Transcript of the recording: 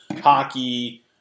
hockey